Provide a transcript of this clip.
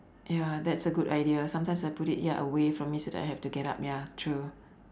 ya that's a good idea sometimes I put it ya away from me so that I have to get up ya true